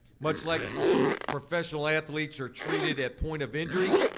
much like professional athletes are treated at point of injury,